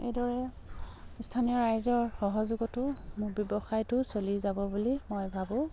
এইদৰে স্থানীয় ৰাইজৰ সহযোগতো মোৰ ব্যৱসায়টো চলি যাব বুলি মই ভাবোঁ